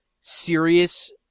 serious